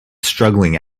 struggling